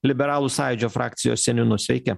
liberalų sąjūdžio frakcijos seniūnu sveiki